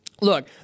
look